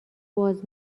باز